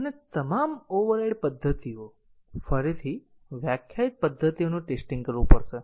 અને તમામ ઓવરરાઇડ પદ્ધતિઓ ફરીથી વ્યાખ્યાયિત પદ્ધતિઓનું ટેસ્ટીંગ કરવું પડશે